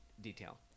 detail